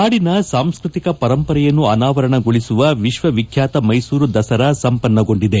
ನಾಡಿನ ಸಾಂಸ್ಟತಿಕ ಪರಂಪರೆಯನ್ನು ಅನಾವರಣಗೊಳಿಸುವ ವಿಶ್ವವಿಖ್ಯಾತ ಮೈಸೂರು ದಸರಾ ಸಂಪನ್ನಗೊಂಡಿದೆ